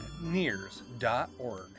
NEARS.org